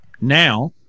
now